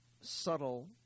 subtle